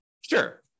Sure